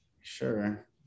sure